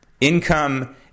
Income